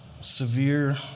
Severe